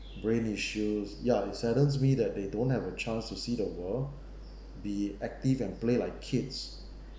brain issues ya it saddens me that they don't have the chance to see the world be active and play like kids